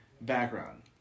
background